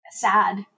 sad